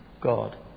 God